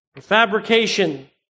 fabrication